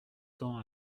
tend